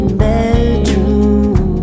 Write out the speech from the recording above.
bedroom